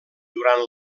durant